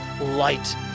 light